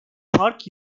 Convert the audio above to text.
park